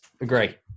Agree